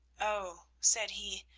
oh, said he,